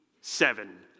seven